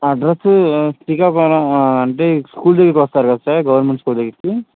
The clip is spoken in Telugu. అడ్రస్ శ్రీకాకుళం అంటే స్కూల్ దగ్గరికి వస్తారు కదా సార్ గవర్నమెంట్ స్కూల్ దగ్గరికి